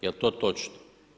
Jel' to točno?